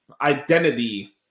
identity